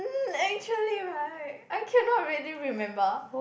actually right I cannot really remember